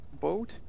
boat